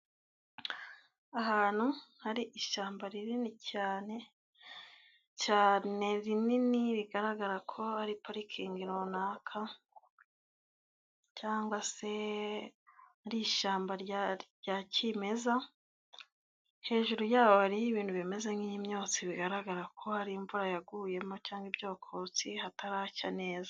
Ahantu hari ishyamba rinini cyane cyane rinini bigaragara ko ari parikingi runaka cyangwa se ari ishyamba rya kimeza, hejuru yaho hariho ibintu bimeze nk'imyotsi bigaragara ko hari imvura yaguyemo cyangwa ibyokotsi hataracya neza.